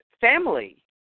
family